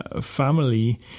family